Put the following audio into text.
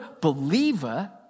believer